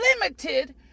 limited